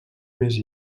més